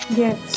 yes